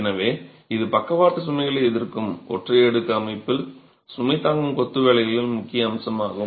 எனவே இதுவே பக்கவாட்டு சுமைகளை எதிர்க்கும் ஒற்றை அடுக்கு அமைப்பில் சுமை தாங்கும் கொத்து வேலைகளில் முக்கிய அம்சமாகும்